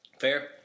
Fair